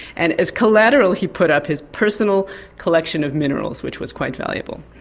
and as collateral he put up his personal collection of minerals, which was quite valuable.